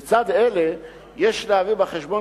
לצד אלה יש להביא בחשבון,